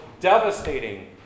devastating